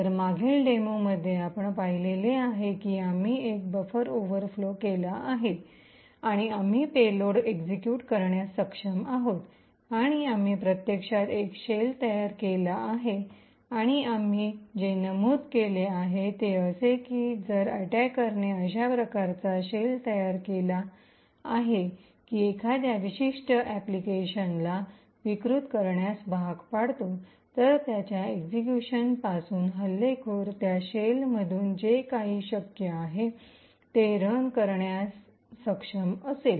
तर मागील डेमोमध्ये आपण पाहिलेले आहे की आम्ही एक बफर ओव्हरफ्लो केला आहे आणि आम्ही पेलोड एक्सिक्यूट करण्यास सक्षम आहोत आणि आम्ही प्रत्यक्षात एक शेल तयार केला आहे आणि आम्ही जे नमूद केले आहे ते असे की जर अटैकरने अश्या प्रकारचा शेल तयार केला आहे की एखाद्या विशिष्ट अनुप्रयोगास ऐप्लकेशन- application विकृत करण्यास भाग पाडतो तर त्याच्या एक्सिक्यूशन पासून हल्लेखोर त्या शेलमधून जे काही शक्य आहे ते रन करु शकेल